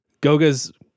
Goga's